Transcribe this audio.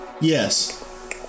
yes